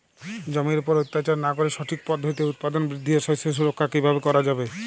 জমির উপর অত্যাচার না করে সঠিক পদ্ধতিতে উৎপাদন বৃদ্ধি ও শস্য সুরক্ষা কীভাবে করা যাবে?